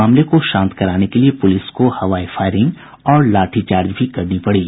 मामले को शांत कराने के लिए पुलिस को हवाई फायरिंग और लाठीचार्ज भी करनी पड़ी